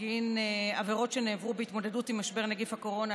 בגין עבירות שנעברו בהתמודדות עם משבר נגיף הקורונה,